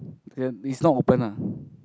then its not open ah